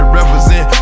represent